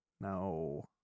No